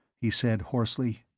he said hoarsely.